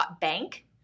Bank